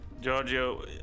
Giorgio